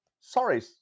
Sorry